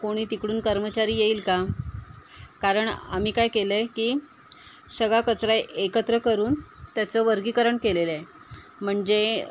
कोणी तिकडून कर्मचारी येईल का कारण आम्ही काय केलं आहे की सगळा कचरा एकत्र करून त्याचं वर्गीकरण केलेलं आहे म्हणजे